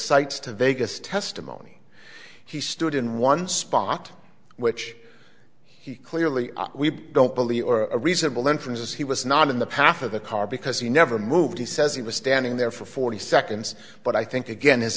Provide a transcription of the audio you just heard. sights to vegas testimony he stood in one spot which he clearly i don't believe or a reasonable inference as he was not in the path of the car because he never moved he says he was standing there for forty seconds but i think again his